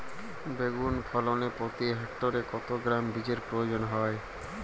বেগুন ফলনে প্রতি হেক্টরে কত গ্রাম বীজের প্রয়োজন হয়?